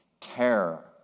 terror